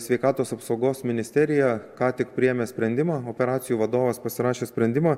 sveikatos apsaugos ministerija ką tik priėmė sprendimą operacijų vadovas pasirašė sprendimą